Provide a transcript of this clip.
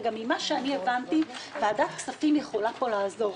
גם ממה שהבנתי, ועדת כספים יכולה פה לעזור.